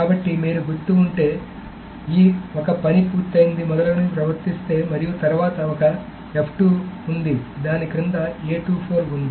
కాబట్టి మీరు గుర్తు ఉంటే ఈ ఒక పని పూర్తయింది మొదలగునవి ప్రవర్తిస్తే మరియు తరువాత ఒక ఉంది దాని కింద ఉంది